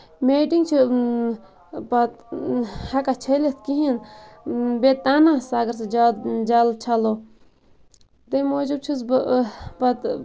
meeting چھِ پَتہٕ ہیٚکان چھٔلِتھ کِہیٖنٛۍ بیٚیہِ تَنس اَگر سُہ زیادٕ جَل چھَلو تَمہِ موٗجوٗب چھُس بہٕ پَتہٕ